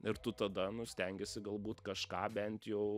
ir tu tada stengiesi galbūt kažką bent jau